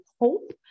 hope